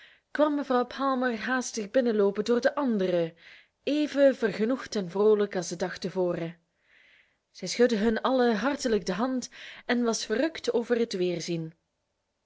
kwam mevrouw palmer haastig binnenloopen door de andere even vergenoegd en vroolijk als den dag te voren zij schudde hun allen hartelijk de hand en was verrukt over het weerzien